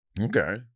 Okay